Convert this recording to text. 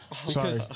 sorry